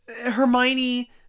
Hermione